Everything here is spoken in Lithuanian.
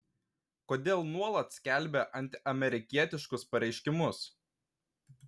kodėl nuolat skelbia antiamerikietiškus pareiškimus